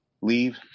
leave